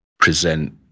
present